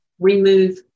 Remove